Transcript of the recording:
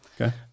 Okay